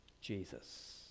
Jesus